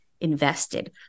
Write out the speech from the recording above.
invested